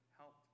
help